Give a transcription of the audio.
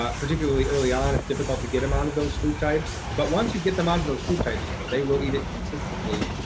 ah particularly early on, it's difficult to get em onto those food types, but once you get them onto those food types, they will eat it consistently.